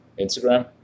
Instagram